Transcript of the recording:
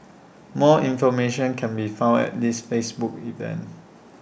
more information can be found at this Facebook event